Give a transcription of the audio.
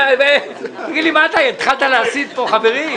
תגיד לי, אתה התחלת להסית פה חברים?